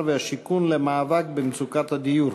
ומשרד הבינוי והשיכון למאבק במצוקת הדיור.